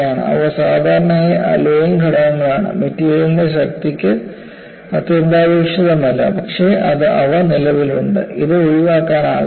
അവ സാധാരണയായി അലോയിംഗ് ഘടകങ്ങളാണ് മെറ്റീരിയലിന്റെ ശക്തിക്ക് അത്യന്താപേക്ഷിതമല്ല പക്ഷേ അവ നിലവിലുണ്ട് ഇത് ഒഴിവാക്കാനാവില്ല